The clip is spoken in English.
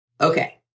Okay